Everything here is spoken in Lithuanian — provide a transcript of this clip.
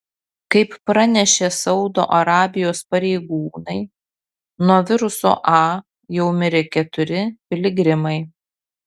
kaip pranešė saudo arabijos pareigūnai nuo viruso a jau mirė keturi piligrimai